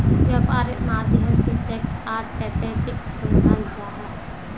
वैपार्र माध्यम से टैक्स आर ट्रैफिकक सम्भलाल जा छे